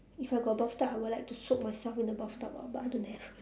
if I got a bathtub I would like to soak myself in the bathtub ah but I don't have